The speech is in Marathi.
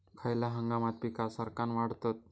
खयल्या हंगामात पीका सरक्कान वाढतत?